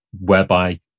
whereby